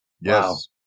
Yes